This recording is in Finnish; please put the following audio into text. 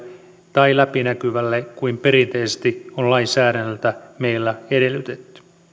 tai läpinäkyvältä kuin perinteisesti on lainsäädännöltä meillä edellytetty